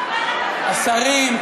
השרים,